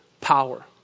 power